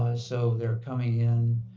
so they're coming in